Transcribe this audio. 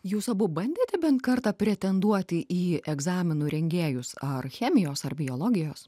jūs abu bandėte bent kartą pretenduoti į egzaminų rengėjus ar chemijos ar biologijos